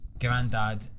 granddad